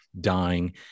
dying